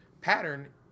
pattern